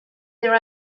their